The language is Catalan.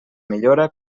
millora